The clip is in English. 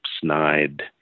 snide